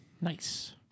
Nice